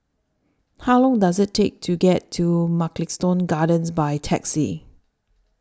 How Long Does IT Take to get to Mugliston Gardens By Taxi